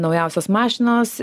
naujausios mašinos